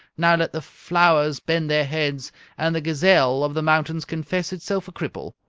now let the flowers bend their heads and the gazelle of the mountains confess itself a cripple.